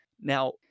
Now